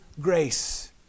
grace